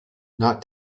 not